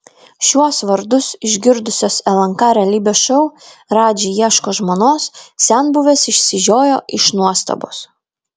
šiuos vardus išgirdusios lnk realybės šou radži ieško žmonos senbuvės išsižiojo iš nuostabos